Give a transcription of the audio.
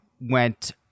went